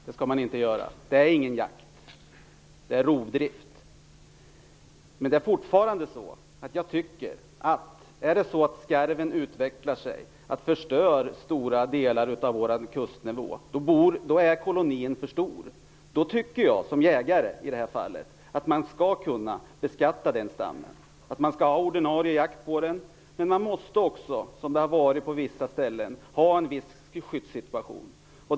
Fru talman! Det skall man naturligtvis inte göra. Det är ingen jakt. Det är rovdrift. Men om skarven utvecklar sig och förstör stora delar av vår kustmiljö är kolonin för stor. Då tycker jag i det här fallet som jägare att man skall kunna beskatta stammen. Man skall ha ordinarie jakt på den. Men man måste också, som på vissa ställen, bedriva en viss skyddsjakt.